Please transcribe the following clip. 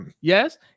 Yes